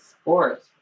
sport